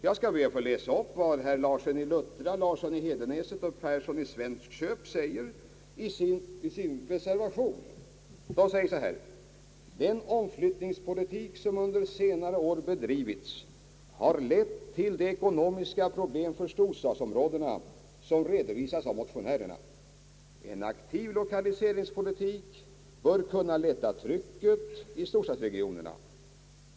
Herrar Larsson i Luttra, Larsson i Hedenäset och Persson i Svensköp säger följande i sin reservation: »Den omflyttningspolitik, som under senare år bedrivits, har lett till de ekonomiska problem för storstadsområdena, som redovisas av motionärerna. En aktiv lokaliseringspolitik bör kunna lätta på trycket i storstadsregionerna.